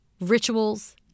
rituals